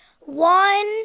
one